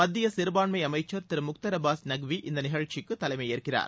மத்திய சிறுபான்மை அமைச்சர் திரு முக்தர் அப்பாஸ் நக்வி இந்த நிகழ்ச்சிக்கு தலைமையேற்கிறார்